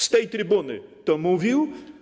Z tej trybuny to mówił.